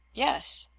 yes.